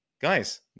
Guys